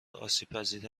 آسیبپذیر